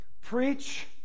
preach